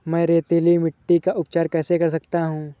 मैं रेतीली मिट्टी का उपचार कैसे कर सकता हूँ?